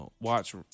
watch